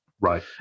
Right